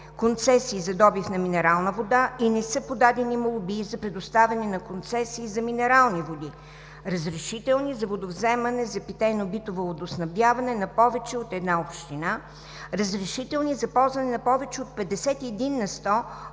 концесии за добив на минерална вода и не са подадени молби за предоставяне на концесии за минерални води; разрешителни за водовземане за питейно-битово водоснабдяване на повече от една община; разрешителни за ползване на повече от 51 на сто от